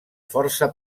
força